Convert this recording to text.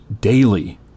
daily